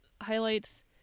highlights